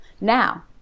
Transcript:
now